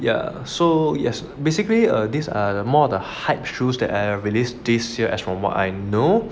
yeah so yes basically err this more of a hype shoes that is released this year as from what I know